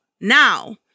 Now